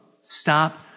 stop